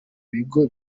bigo